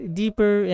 deeper